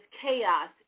chaos